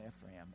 Ephraim